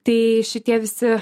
tai šitie visi